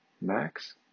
Max